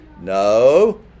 No